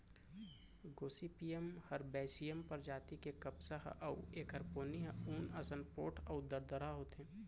Gossypium herbaceum परजाति के कपसा ह अउ एखर पोनी ह ऊन असन पोठ अउ दरदरा होथे